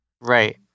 Right